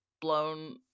blown